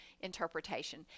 interpretation